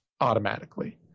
automatically